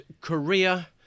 Korea